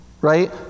right